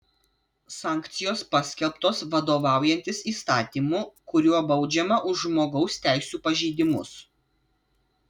sankcijos paskelbtos vadovaujantis įstatymu kuriuo baudžiama už žmogaus teisių pažeidimus